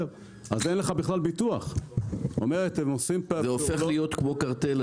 אז אין לך בכלל ביטוח --- זה הופך להיות כמו קרטל,